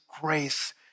grace